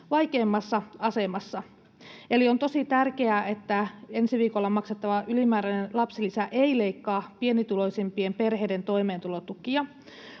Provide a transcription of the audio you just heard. vaikeimmassa asemassa. Eli on tosi tärkeää, että ensi viikolla maksettava ylimääräinen lapsilisä ei leikkaa pienituloisimpien perheiden toimeentulotukia.